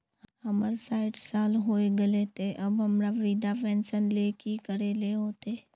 हमर सायट साल होय गले ते अब हमरा वृद्धा पेंशन ले की करे ले होते?